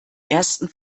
ersten